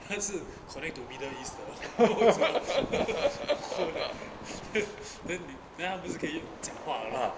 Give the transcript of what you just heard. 他是 connect to middle east 的不懂什么 cone eh then 你他不是可以用讲话 a lot